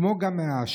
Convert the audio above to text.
כמו גם מהעשן,